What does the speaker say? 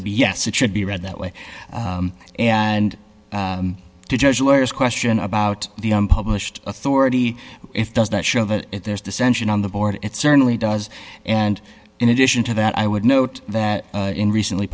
will be yes it should be read that way and to judge lawyers question about the unpublished authority if does not show that there's dissension on the board it certainly does and in addition to that i would note that in recently